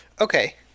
Okay